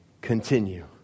continue